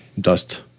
dust